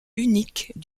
uniques